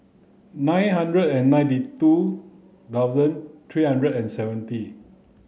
nine hundred and ninety two thousand three hundred and seventy